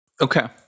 okay